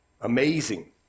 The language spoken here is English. amazing